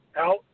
out